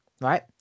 right